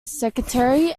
secretary